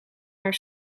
naar